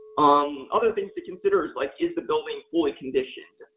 um other things to consider is like, is the building fully conditioned?